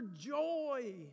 joy